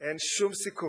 אין שום סיכוי